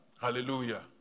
Hallelujah